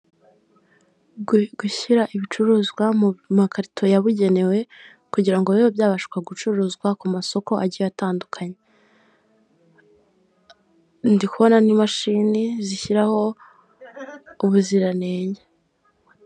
Gushyira ibicuruzwa mu makarito yabugenewe kugira ngo bibe byabashwa gucuruzwa ku masoko atandukanye, ndi kubona n'imashini zishyiraho ubuziranenge.